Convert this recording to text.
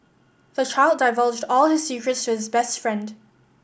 the child divulged all his secrets to his best friend